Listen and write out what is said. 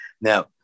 Now